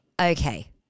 Okay